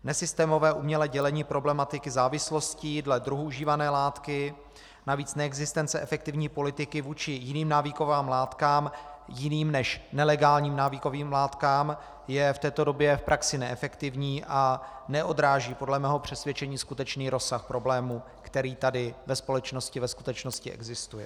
Nesystémové umělé dělení problematiky závislostí dle druhu užívané látky, navíc neexistence efektivní politiky vůči jiným návykovým látkám, jiným než nelegálním návykovým látkám, je v této době v praxi neefektivní a neodráží podle mého přesvědčení skutečný rozsah problému, který tady ve společnosti ve skutečnosti existuje.